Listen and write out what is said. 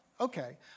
Okay